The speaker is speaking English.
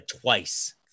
twice